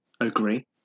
agree